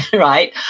right,